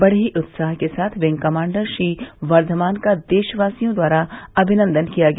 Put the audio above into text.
बड़े ही उत्साह के साथ विंग कमांडर श्री बर्धमान का देशवासियों द्वारा अभिनन्दन किया गया